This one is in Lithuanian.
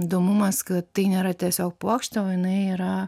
įdomumas kad tai nėra tiesiog puokštė o jinai yra